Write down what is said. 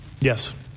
Yes